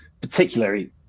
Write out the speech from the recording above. particularly